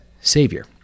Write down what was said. Savior